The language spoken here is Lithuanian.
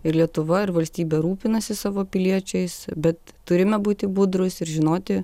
ir lietuva ir valstybė rūpinasi savo piliečiais bet turime būti budrūs ir žinoti